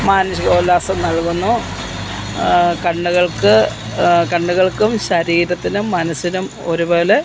മാനസിക ഉല്ലാസം നൽകുന്നു കണ്ണുകൾക്ക് കണ്ണുകൾക്കും ശരീരത്തിനും മനസ്സിനും ഒരുപോലെ